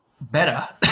better